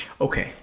Okay